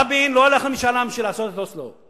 רבין לא הלך למשאל עם בשביל לעשות את אוסלו.